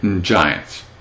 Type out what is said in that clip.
Giants